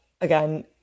again